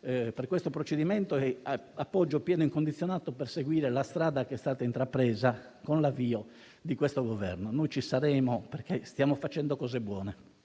per questo procedimento e al proseguimento della strada intrapresa con l'avvio di questo Governo. Noi ci saremo, perché stiamo facendo cose buone.